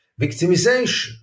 victimization